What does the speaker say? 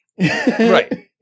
Right